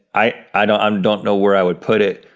i i don't um don't know where i would put it,